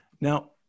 Now